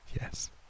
Yes